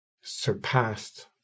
Surpassed